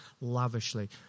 lavishly